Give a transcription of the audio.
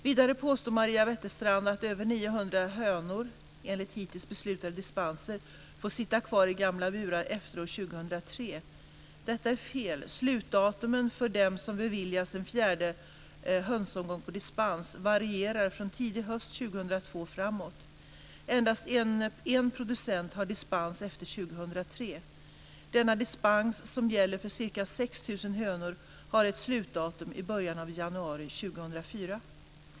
Vidare påstår Maria Wetterstrand att över 900 000 hönor får sitta kvar i gamla burar efter år 2003. Detta är fel. Slutdatumen för dem som beviljats en fjärde hönsomgång på dispens varierar från tidig höst 2002 och framåt. Endast en producent har dispens efter 2003. Denna dispens, som gäller för ca 6 000 hönor, har ett slutdatum i början av januari 2004.